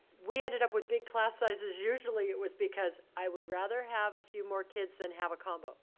we ended up with big class sizes. usually, it was because i would rather have a few more kids than have a combo.